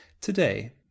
Today